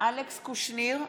אלכס קושניר,